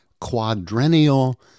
quadrennial